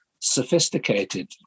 sophisticated